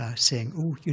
ah saying, ooh,